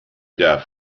deaf